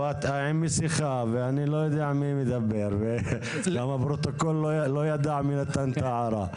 הם בשיחה ואני לא יודע מי מדבר וגם הפרוטוקול לא ידע מי נתן את ההערה.